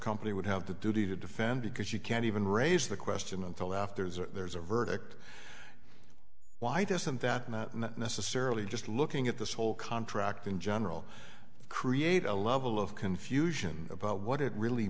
company would have the duty to defend because you can't even raise the question until after there's a verdict why doesn't that not necessarily just looking at this whole contract in general create a level of confusion about what it really